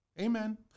Amen